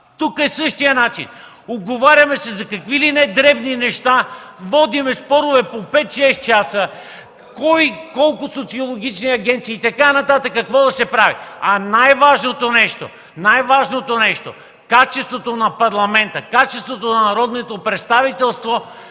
Тук е по същия начин. Уговаряме се за какви ли не дребни неща, водим спорове по пет, шест часа – кой, колко социологически агенции и така нататък, какво да се прави, а най-важното нещо – качеството на парламента, качеството на народното представителство